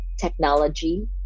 technology